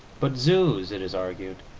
but zoos, it is argued,